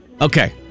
Okay